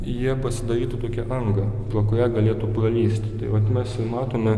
jie pasidarytų tokią angą pro kurią galėtų pralįsti tai vat mes ir matome